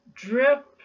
Drip